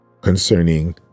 concerning